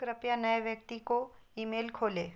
कृपया नए व्यक्ति को ईमेल खोलें